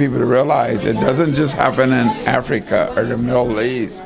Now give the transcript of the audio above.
people to realize it doesn't just happen and africa or the middle east